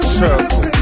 circle